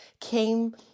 came